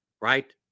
right